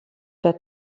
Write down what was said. der